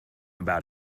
about